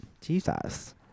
Jesus